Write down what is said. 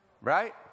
right